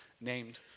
named